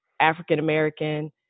African-American